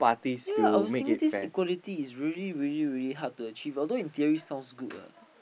ya I was thinking this equality is really really really hard to achieve although in theory sounds good lah